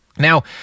Now